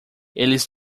eles